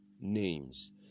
names